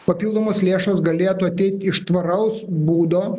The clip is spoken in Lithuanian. papildomos lėšos galėtų ateit iš tvaraus būdo